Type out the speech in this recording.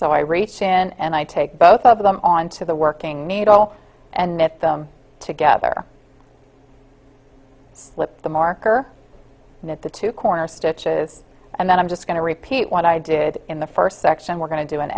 so i reach in and i take both of them on to the working needle and met them together with the marker at the two corner stitches and then i'm just going to repeat what i did in the first section we're going to do